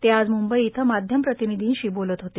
ते आज मुंबई इथं माध्यम प्रतिनिधीशी बोलत होते